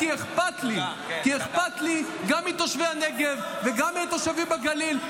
כי אכפת לי גם מתושבי הנגב וגם מהתושבים בגליל,